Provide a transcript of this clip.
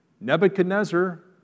Nebuchadnezzar